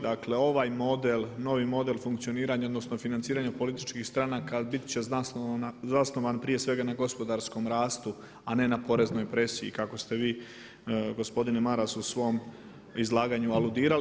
Dakle ovaj model, novi model funkcioniranja odnosno financiranja političkih stranaka biti će zasnovan prije svega na gospodarskom rastu a ne na poreznoj presiji kako ste vi gospodine Maras u svom izlaganju aludirali.